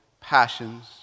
passions